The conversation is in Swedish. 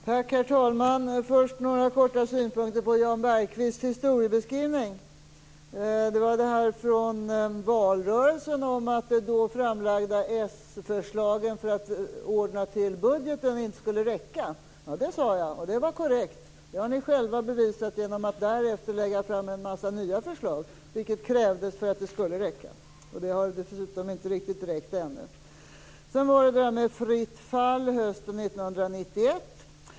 Herr talman! Först några korta synpunkter på Jan Bergqvists historiebeskrivning. Det handlade om valrörelsen och om att de då framlagda s-förslagen för att ordna till budgeten inte skulle räcka. Ja, detta sade jag, och det var korrekt. Det har ni själva bevisat genom att därefter lägga fram en mängd nya förslag, vilket krävdes för att det skulle räcka. Det har dessutom inte riktigt räckt ännu. Sedan till det här om fritt fall hösten 1991.